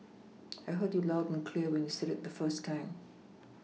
I heard you loud and clear when you said it the first time